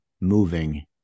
moving